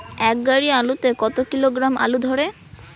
এক গাড়ি আলু তে কত কিলোগ্রাম আলু ধরে?